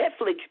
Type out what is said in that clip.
Netflix